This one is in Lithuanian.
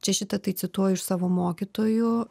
čia šitą tai cituoju iš savo mokytojų